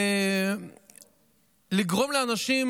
לגרום לאנשים